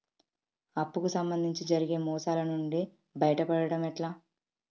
అప్పు కు సంబంధించి జరిగే మోసాలు నుండి బయటపడడం ఎట్లా?